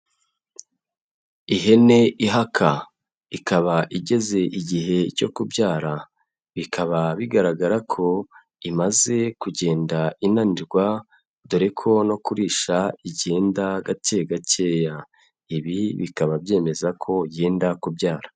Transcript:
Ihene ihaka ikaba igeze igihe cyo kubyara, bikaba bigaragara ko imaze kugenda inanirwa, dore ko no kurisha igenda gake gakeya, ibi bikaba byemeza ko yenda kubyara.